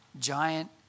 giant